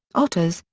otters,